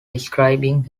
describing